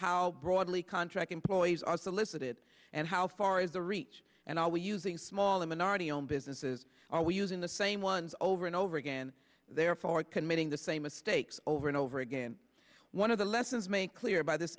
how broadly contract employees are solicited and how far is the reach and are we using small minority owned businesses are we using the same ones over and over again therefore committing the same mistakes over and over again one of the lessons make clear by this